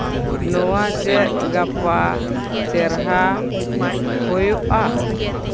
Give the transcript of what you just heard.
ᱱᱚᱣᱟ ᱪᱮᱫ ᱜᱟᱯᱟ ᱪᱮᱨᱦᱟ ᱦᱩᱭᱩᱜᱼᱟ